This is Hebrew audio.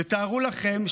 תתארו לכם,